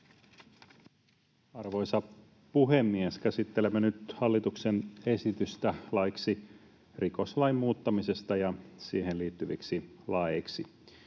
Arvoisa puhemies! Käsittelemme nyt hallituksen esitystä laiksi rikoslain muuttamisesta ja siihen liittyviksi laeiksi.